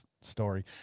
story